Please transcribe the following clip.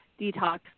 detox